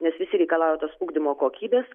nes visi reikalauja tos ugdymo kokybės